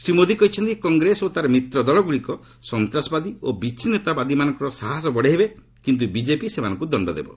ଶ୍ରୀ ମୋଦି କହିଛନ୍ତି କଂଗ୍ରେସ ଓ ତାର ମିତ୍ର ଦଳଗୁଡ଼ିକ ସନ୍ତାସବାଦୀ ଓ ବିଚ୍ଛିନ୍ନତାବାଦୀମାନଙ୍କର ସାହସ ବଡ଼ାଇବେ କିନ୍ତୁ ବିଜେପି ସେମାନଙ୍କୁ ଦଶ୍ଚ ଦେବ